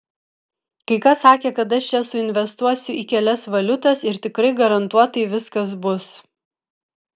kai kas sakė kad aš čia suinvestuosiu į kelias valiutas ir tikrai garantuotai viskas bus